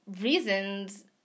reasons